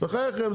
בחייכם,